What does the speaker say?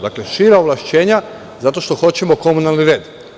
Dakle, šira ovlašćenja, zato što hoćemo komunalni red.